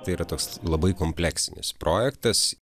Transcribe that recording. tai yra toks labai kompleksinis projektas